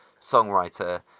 songwriter